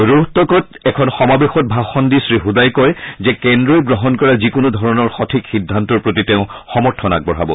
ৰোহটকত এখন সমাৰেশত ভাষণ দি শ্ৰী হুদাই কয় যে কেন্দ্ৰই গ্ৰহণ কৰা যিকোনো ধৰণৰ সঠিক সিদ্ধান্তৰ প্ৰতি তেওঁ সমৰ্থন আগবঢ়াব